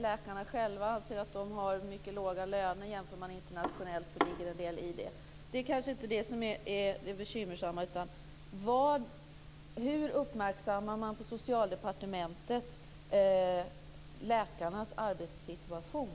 Läkarna själva anser att de har mycket låga löner, och jämför man internationellt så ligger det en del i det. Det kanske dock inte är det som är det bekymmersamma, utan: Hur uppmärksammar man på Socialdepartementet läkarnas arbetssituation?